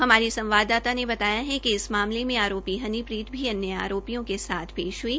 हमारी संवाददाता ने बताया कि इस मामले में आरोपी हनीप्रीत भी आरोपियों के साथ पेश हुई